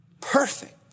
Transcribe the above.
Perfect